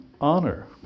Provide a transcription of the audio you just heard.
honor